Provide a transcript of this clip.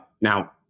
now